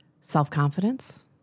self-confidence